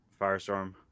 Firestorm